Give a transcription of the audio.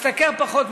משתכר פחות,